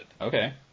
Okay